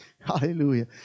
Hallelujah